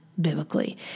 biblically